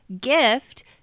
gift